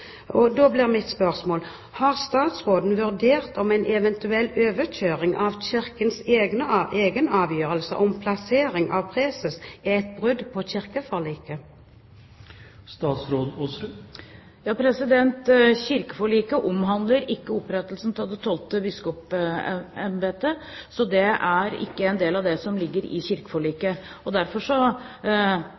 Da blir mitt spørsmål: Har statsråden vurdert om en eventuell overkjøring av Kirkens egen avgjørelse om plassering av preses er et brudd på kirkeforliket? Kirkeforliket omhandler ikke opprettelsen av det tolvte biskopembetet; det er ikke en del av kirkeforliket. Derfor mener jeg prinsipielt at vi, regjering og